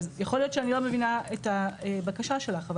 אז יכול להיות שאני לא מבינה את הבקשה שלך.